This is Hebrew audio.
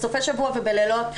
בסופי שבוע ובלילות,